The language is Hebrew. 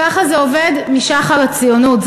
ככה זה עובד משחר הציונות,